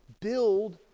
build